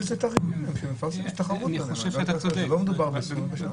--- לא מדובר בסיוע משמים.